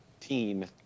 teen